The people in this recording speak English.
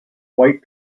white